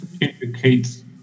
indicates